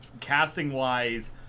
casting-wise